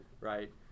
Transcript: right